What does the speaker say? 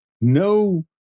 no